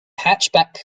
hatchback